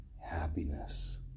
happiness